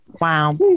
wow